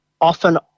often